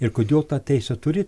ir kodėl tą teisę turi